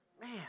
Man